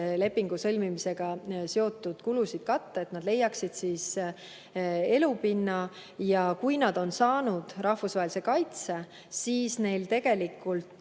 lepingu sõlmimisega seotud kulusid katta, et nad leiaksid elamispinna. Kui nad on saanud rahvusvahelise kaitse, siis neil tegelikult